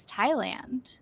Thailand